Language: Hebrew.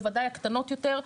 בוודאי הקטנות יותר,